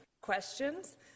questions